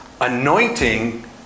anointing